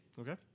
Okay